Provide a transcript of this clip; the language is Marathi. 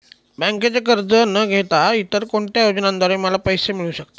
बँकेचे कर्ज न घेता इतर कोणत्या योजनांद्वारे मला पैसे मिळू शकतात?